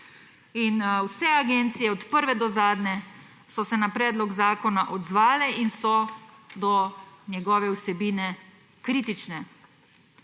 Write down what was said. Vse agencije, od prve do zadnje, so se na predlog zakona odzvale in so do njegove vsebine kritične.